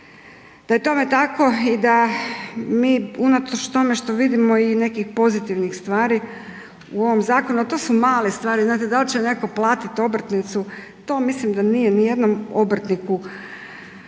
da je tome tako i da mi unatoč tome što vidimo i nekih pozitivnih stvari u ovom zakonu, ali to su male stvari. Znate da li će netko platiti obrtnicu, to mislim da nije nijednom obrtniku,